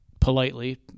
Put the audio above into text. politely